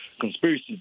conspiracy